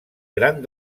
gran